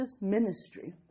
ministry